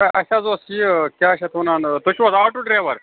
تہٕ اَسہِ حظ اوس یہِ کیٛاہ چھِ اَتھ وَنان تُہۍ چھُو حظ آٹوٗ ڈرٛیوَر